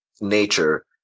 nature